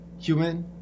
human